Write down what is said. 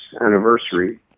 anniversary